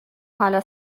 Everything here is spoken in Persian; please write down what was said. حالا